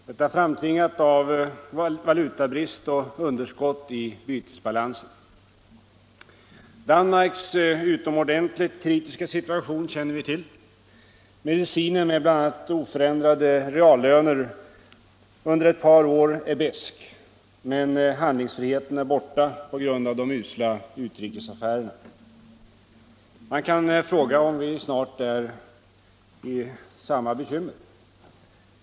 Detta är framtvingat av valutabrist och underskott i bytesbalansen. Danmarks utomordentligt kritiska situation känner vi till. Medicinen med bl.a. oförändrade reallöner under ett par år är besk, men handlingsfriheten är borta på grund av de usla utrikesaffärerna. Man kan fråga om vi snart har samma bekymmer.